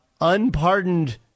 unpardoned